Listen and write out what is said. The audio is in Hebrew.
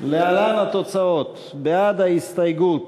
להלן התוצאות: בעד ההסתייגות,